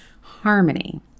harmony